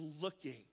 looking